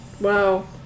Wow